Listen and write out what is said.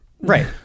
Right